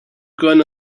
going